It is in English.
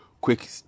quick